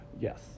Yes